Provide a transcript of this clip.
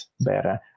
better